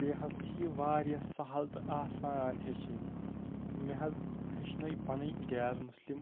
بیٚیہِ حظ چھِ یہِ واریاہ سَہَل تہٕ آسان ہیٚچھِنۍ مےٚ حظ ہیٚچھنٲے پَنٕنۍ غیر مُسلِم